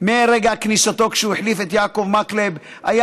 מרגע כניסתו, כשהוא החליף את יעקב מקלב, אורי.